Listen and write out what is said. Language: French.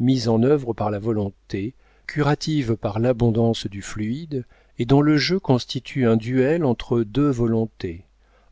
mise en œuvre par la volonté curative par l'abondance du fluide et dont le jeu constitue un duel entre deux volontés